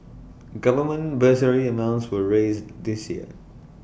government bursary amounts were raised this year